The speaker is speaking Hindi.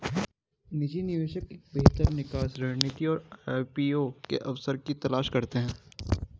निजी निवेशक एक बेहतर निकास रणनीति और आई.पी.ओ के अवसर की तलाश करते हैं